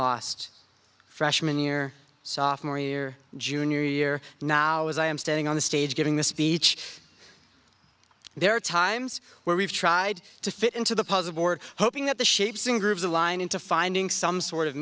lost freshman year software year junior year now as i am standing on the stage giving the speech there are times where we've tried to fit into the puzzle board hoping that the shapes ingroup the line into finding some sort of